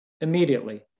Immediately